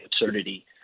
absurdity